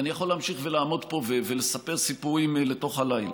ואני יכול להמשיך ולעמוד פה ולספר סיפורים אל תוך הלילה.